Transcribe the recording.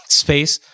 space